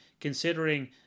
considering